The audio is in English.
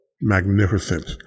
magnificent